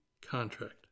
contract